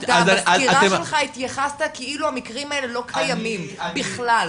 בסקירה שלך נוצר הרושם שהמקרים האלה לא קיימים בכלל,